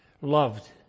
loved